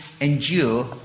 endure